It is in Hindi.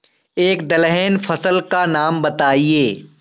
एक दलहन फसल का नाम बताइये